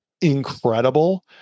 incredible